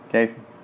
Casey